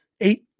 eight